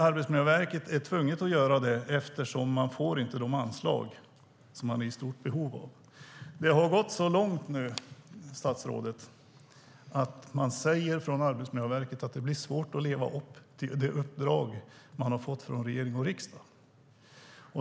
Arbetsmiljöverket är tvunget att slå igen eftersom man inte får de anslag som man är i stort behov av. Det har gått så långt nu, statsrådet, att Arbetsmiljöverket säger att det blir svårt att leva upp till det uppdrag man har fått från regering och riksdag.